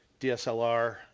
DSLR